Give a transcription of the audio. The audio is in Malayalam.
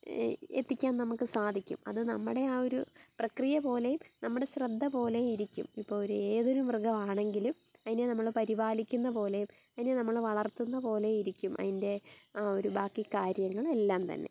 എത്തിക്കാൻ നമുക്ക് സാധിക്കും അത് നമ്മുടെ ആ ഒരു പ്രക്രിയപോലെ നമ്മുടെ ശ്രദ്ധപോലെ ഇരിക്കും ഇപ്പോൾ ഏതൊരു മൃഗം ആണെങ്കിലും അതിനെ നമ്മൾ പരിപാലിക്കുന്ന പോലെ അതിനെ നമ്മൾ വളർത്തുന്ന പോലെ ഇരിക്കും അതിൻ്റെ ഒരു ബാക്കി കാര്യങ്ങളും എല്ലാം തന്നെ